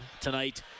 tonight